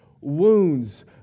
wounds